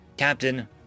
Captain